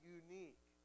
unique